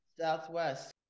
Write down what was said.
Southwest